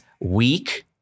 weak